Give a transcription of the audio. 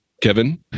Kevin